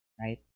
Right